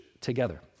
together